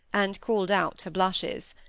and called out her blushes.